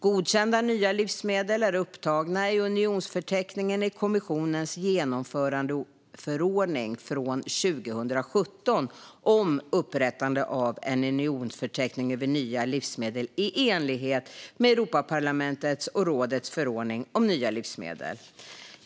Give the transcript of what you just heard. Godkända nya livsmedel är upptagna i unionsförteckningen i kommissionens genomförandeförordning från 2017 om upprättande av en unionsförteckning över nya livsmedel i enlighet med Europaparlamentets och rådets förordning om nya livsmedel.